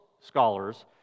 scholars